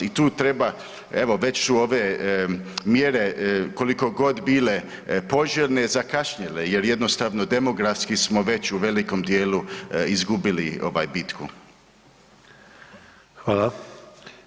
I tu treba evo, već su ove mjere, koliko god bile poželjne, zakašnjele jer jednostavno demografski smo već u velikom dijelu izgubili, ovaj, bitku.